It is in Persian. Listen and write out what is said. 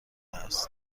است